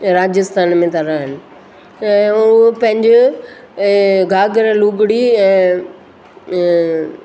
राजस्थान में था रहनि ऐं उहे पंहिंजो घाघर लुगड़ी ऐं